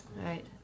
right